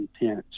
intense